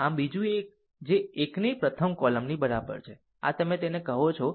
આમ બીજું એક જે 1 ની પ્રથમ કોલમ ની બરાબર છે અને આ તમે તેને કહો છો તે જશે